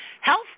health